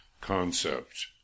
concept